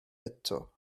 eto